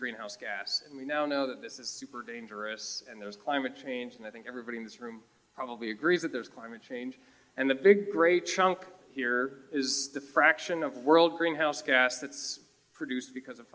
greenhouse gas and we now know this is dangerous and there's climate change and i think everybody in this room probably agrees that there's climate change and the big great chunk here is the fraction of world greenhouse gas that's produced because of